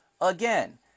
Again